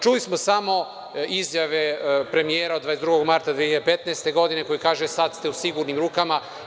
Čuli smo samo izjave premijera od 22. marta 2015. godine, koji kaže – sada ste u sigurnim rukama.